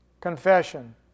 confession